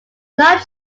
not